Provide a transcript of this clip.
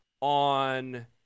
on